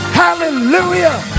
hallelujah